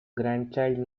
grandchild